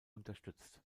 unterstützt